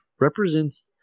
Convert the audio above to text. represents